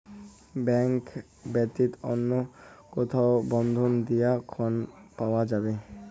Bank ব্যাতীত অন্য কোথায় বন্ধক দিয়ে ঋন পাওয়া যাবে?